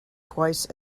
twice